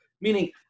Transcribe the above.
Meaning